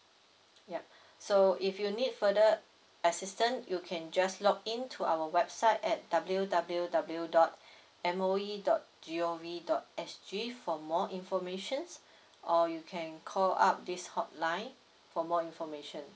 yup so if you need further assistant you can just log in to our website at W W W dot M O E dot G O V dot S G for more informations or you can call up this hotline for more information